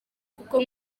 kuko